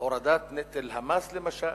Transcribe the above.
הורדת נטל המס, למשל,